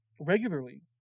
regularly